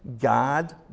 God